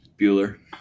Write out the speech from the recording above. Bueller